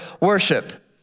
worship